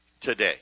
today